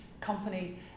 company